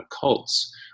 cults